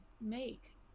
make